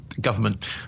government